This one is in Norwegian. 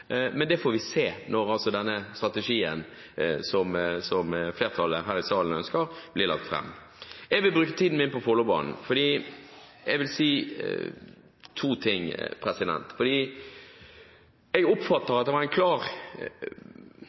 Men det får vi se når denne strategien som flertallet her i salen ønsker, blir lagt fram. Jeg vil bruke tiden min på Follobanen. Jeg vil si to ting. Jeg oppfatter at det var en klar